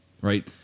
right